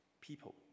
people